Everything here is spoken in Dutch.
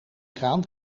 kraan